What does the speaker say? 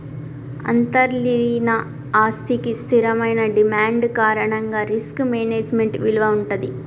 అంతర్లీన ఆస్తికి స్థిరమైన డిమాండ్ కారణంగా రిస్క్ మేనేజ్మెంట్ విలువ వుంటది